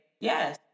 yes